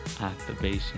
activation